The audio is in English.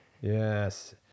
Yes